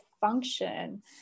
function